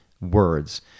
words